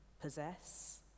possess